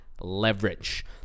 leverage